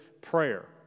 prayer